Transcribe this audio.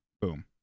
boom